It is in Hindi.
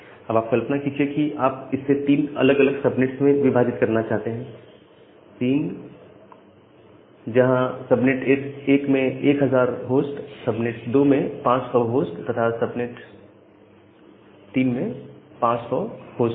अब आप कल्पना कीजिए कि आप इससे 3 अलग अलग सबनेट्स में विभाजित करना चाहते हैं 3जहां सबनेट 1 में 1000 होस्ट हैं सबनेट 2 में 500 होस्ट हैं तथा सबनेट 1 में 500 होस्ट हैं